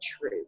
true